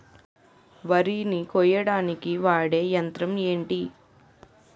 వరి ని కోయడానికి వాడే యంత్రం ఏంటి?